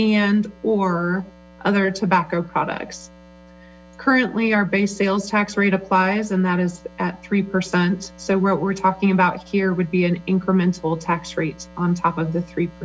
and or other tobacco products currently our base sales tax rate applies and that is at three percent so what we're talking about here would be an incremental tax rate on top of the three